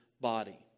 body